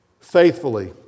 faithfully